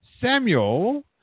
Samuel